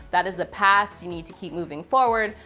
that is the past. you need to keep moving forward.